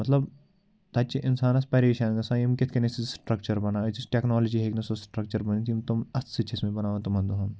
مطلب تَتہِ چھِ اِنسانس پریشان گژھان یِم کِتھ کٔنۍ ٲسۍ سُہ سِٹرٛکَچر بناو أزِچ ٹٮ۪کنالجی ہیٚکہِ نہٕ سُہ سِٹرٛکچر بنٲیِتھ یِم تِم اتھٕ سۭتۍ چھِ ٲسۍمٕتۍ بناوان تِمن دۄہن